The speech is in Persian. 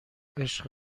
عشق